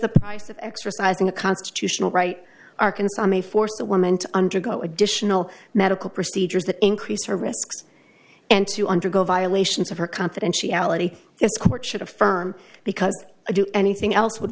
the price of exercising a constitutional right arkansas may force the woman to undergo additional medical procedures that increase her risks and to undergo violations of her confidentiality it's court should affirm because i do anything else would